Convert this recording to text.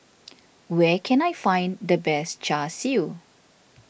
where can I find the best Char Siu